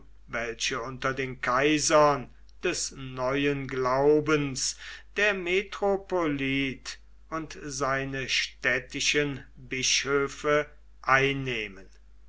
welche unter den kaisern des neuen glaubens der metropolit und seine städtischen bischöfe einnehmen